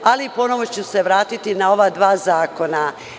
Ali, ponovo ću se vratiti na ova dva zakona.